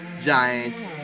Giants